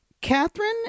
Catherine